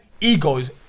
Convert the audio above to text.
egos